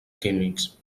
químics